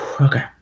Okay